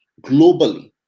globally